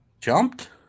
jumped